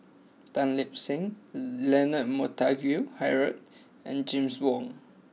Tan Lip Seng Leonard Montague Harrod and James Wong